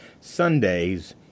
Sundays